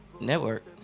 Network